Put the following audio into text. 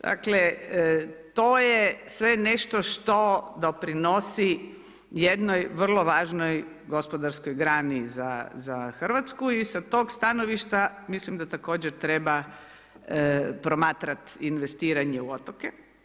Dakle, to je sve nešto što doprinosi jednoj vrlo važnoj gospodarskoj grani za RH i sa toga stanovišta mislim da također treba promatrati investiranje u otoke.